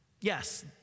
Yes